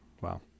Wow